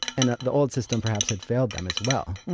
and the old system perhaps had failed them as well.